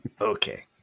Okay